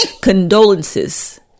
Condolences